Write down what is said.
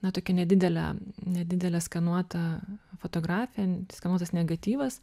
na tokia nedidelė nedidelė skanuota fotografija skanuotas negatyvas